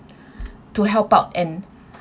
to help out and